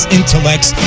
intellects